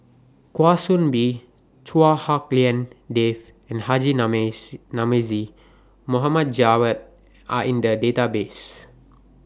Kwa Soon Bee Chua Hak Lien Dave and Haji Namazie Mohd Javad Are in The Database